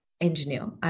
engineer